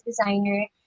designer